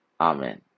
Amen